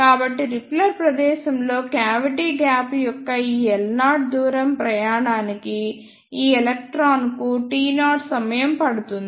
కాబట్టిరిపెల్లర్ ప్రదేశంలో cavity gap యొక్క ఈ L0 దూరం ప్రయాణానికి ఈ ఎలక్ట్రాన్ కు t0 సమయం పడుతుంది